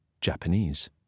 Japanese